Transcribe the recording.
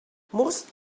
most